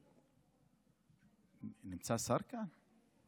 נמצא שר כאן?